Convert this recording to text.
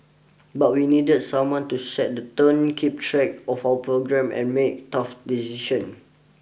but we needed someone to set the tone keep track of our program and make tough decisions